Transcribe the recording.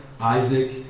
Isaac